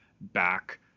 back